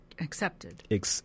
accepted